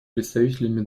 представителями